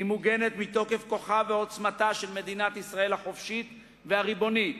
היא מוגנת מתוקף כוחה ועוצמתה של מדינת ישראל החופשית והריבונית,